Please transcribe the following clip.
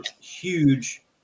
huge